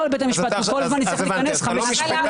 בבית המשפט כי כל הזמן יצטרך לכנס ארבע חמישיות.